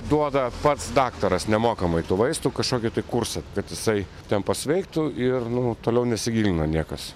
duoda pats daktaras nemokamai tų vaistų kažkokį tai kursą kad jisai ten pasveiktų ir nu toliau nesigilina niekas